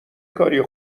کاریه